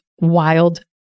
wild